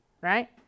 right